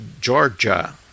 Georgia